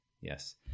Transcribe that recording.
yes